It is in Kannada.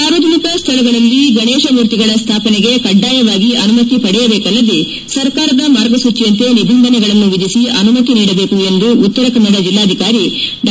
ಸಾರ್ವಜನಿಕ ಸ್ಥಳಗಳಲ್ಲಿ ಗಣೇಶ ಮೂರ್ತಿಗಳ ಸ್ಥಾಪನೆಗೆ ಕಡ್ಡಾಯವಾಗಿ ಅನುಮತಿ ಪಡೆಯಬೇಕಲ್ಲದೆ ಸರ್ಕಾರದ ಮಾರ್ಗಸೂಚಿಯಂತೆ ನಿಬಂಧನೆಗಳನ್ನು ವಿಧಿಸಿ ಅನುಮತಿ ನೀಡಬೇಕು ಎಂದು ಉತ್ತರ ಕನ್ನಡ ಜಿಲ್ಲಾಧಿಕಾರಿ ಡಾ